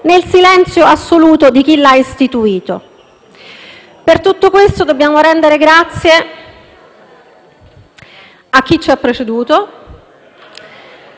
nel silenzio assoluto di chi lo ha istituito. Per tutto questo dobbiamo rendere grazie a chi ci ha preceduto,